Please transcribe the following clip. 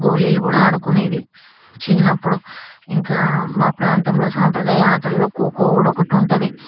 గోళీలు కూడా ఆడుకునేది చిన్నప్పుడు ఇంకా మా ప్రాంతంలో సాంప్రదాయ ఆటలలో ఖోఖో కూడా ఒకటి ఉంటుంది